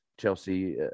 Chelsea